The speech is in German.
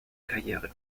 karriere